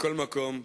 מכל מקום,